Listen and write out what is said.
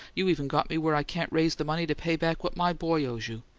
you even got me where i can't raise the money to pay back what my boy owes you!